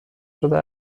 شده